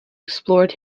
explored